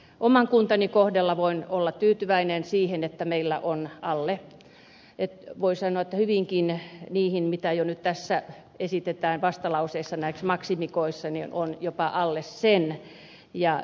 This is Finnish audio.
oman kuntani kohdalla voin olla tyytyväinen siihen että meillä voi sanoa päästään alle sen mitä jo nyt tässä esitetään vastalauseessaneeksi maksimikoisen jonon jopa alle vastalauseessa maksimikooksi